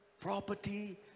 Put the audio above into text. property